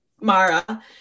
Mara